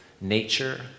nature